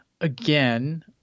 again